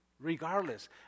regardless